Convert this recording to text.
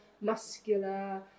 muscular